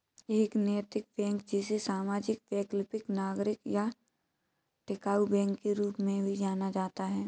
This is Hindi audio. एक नैतिक बैंक जिसे सामाजिक वैकल्पिक नागरिक या टिकाऊ बैंक के रूप में भी जाना जाता है